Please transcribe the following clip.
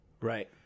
Right